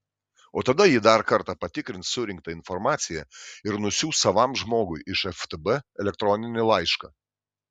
o tada ji dar kartą patikrins surinktą informaciją ir nusiųs savam žmogui iš ftb elektroninį laišką